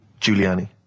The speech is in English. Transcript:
Giuliani